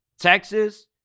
Texas